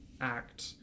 act